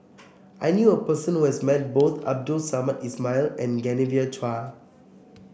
I knew a person who has met both Abdul Samad Ismail and Genevieve Chua